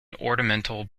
ornamental